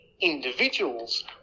individuals